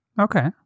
Okay